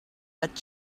but